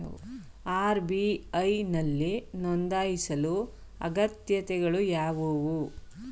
RBI ನಲ್ಲಿ ನೊಂದಾಯಿಸಲು ಅಗತ್ಯತೆಗಳು ಯಾವುವು?